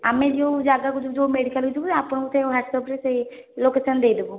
ଆମେ ଯେଉଁ ଜାଗାକୁ ଯିବୁ ଯେଉଁ ମେଡ଼ିକାଲକୁ ଯିବୁ ଆପଣଙ୍କୁ ହ୍ଵାଟ୍ସଆପ୍ରେ ସେଇ ଲୋକେଶନ୍ ଦେଇଦେବୁ